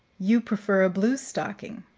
you prefer a bluestocking.